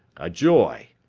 a joy.